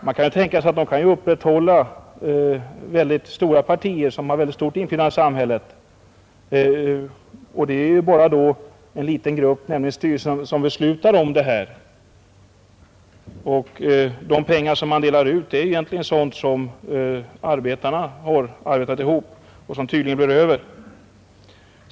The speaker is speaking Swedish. Man kan ju tänka sig att de kan upprätthålla mycket stora partier som har ett mycket stort inflytande i samhället. Det är då bara en liten grupp, nämligen styrelsen, som fattar de besluten, och de pengar man delar ut är egentligen sådant som arbetarna har arbetat ihop och som tydligen blir över.